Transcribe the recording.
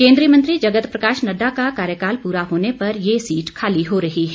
केन्द्रीय मंत्री जगत प्रकाश नड्डा का कार्यकाल पूरा होने पर ये सीट खाली हो रही है